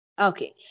Okay